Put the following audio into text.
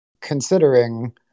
considering